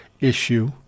issue